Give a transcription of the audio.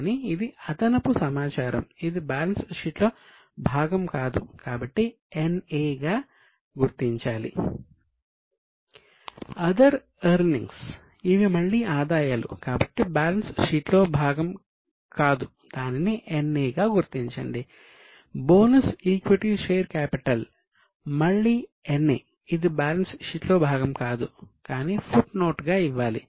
కానీ ఇది అదనపు సమాచారం ఇది బ్యాలెన్స్ షీట్లో భాగం కాదు కాబట్టి NA గా గుర్తించాలి